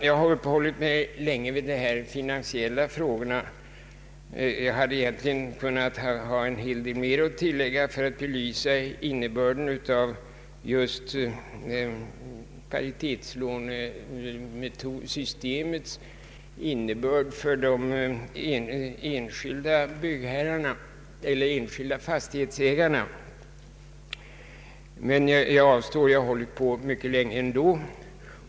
Jag har uppehållit mig länge vid de finansiella frågorna. Jag hade egentligen kunnat tillägga ytterligare en hel del för att belysa paritetslånesystemets innebörd för de enskilda fastighetsägarna, men jag avstår, ty jag har hållit på länge ändå.